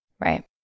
Right